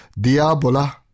diabola